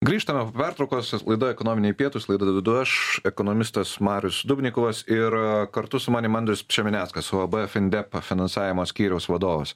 grįžtame po pertraukos laida ekonomiai pietūs laidą vedu aš ekonomistas marius dubnikovas ir kartu su manim andrius pšemeneckas uab findep finansavimo skyriaus vadovas